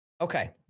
Okay